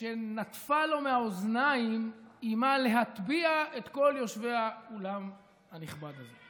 שנטפה לו מהאוזניים איימה להטביע את כל יושבי האולם הנכבד הזה.